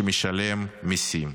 שמשלם מיסים.